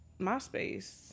MySpace